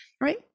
right